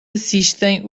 assistem